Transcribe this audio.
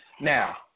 Now